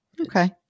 Okay